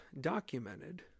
documented